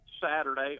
Saturday